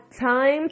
time